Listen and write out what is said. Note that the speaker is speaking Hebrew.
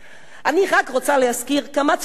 אני רק רוצה להזכיר כמה ציטוטים קטנים,